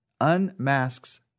unmasks